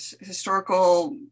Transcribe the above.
historical